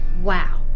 Wow